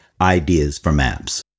ideasformaps